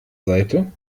seite